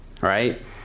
right